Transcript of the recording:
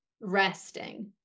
resting